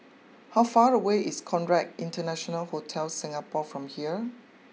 how far away is Conrad International Hotel Singapore from here